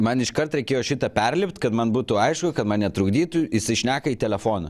man iškart reikėjo šitą perlipt kad man būtų aišku kad man netrukdytų jisai šneka į telefoną